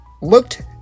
looked